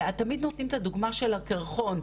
תמיד נותנים את הדוגמה של הקרחון,